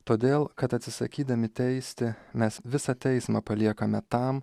todėl kad atsisakydami teisti mes visą teismą paliekame tam